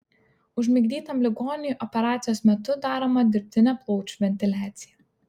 užmigdytam ligoniui operacijos metu daroma dirbtinė plaučių ventiliacija